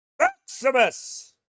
maximus